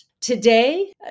today